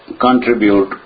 contribute